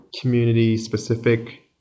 community-specific